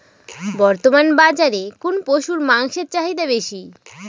বর্তমান বাজারে কোন পশুর মাংসের চাহিদা বেশি?